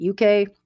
UK